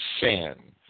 sin